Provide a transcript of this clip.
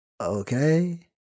okay